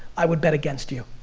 i would bet against you.